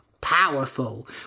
powerful